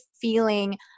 feeling